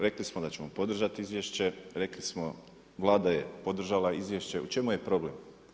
Rekli smo da ćemo podržati izvješće, rekli smo Vlada je podržala izvješće, u čemu je problem?